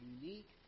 unique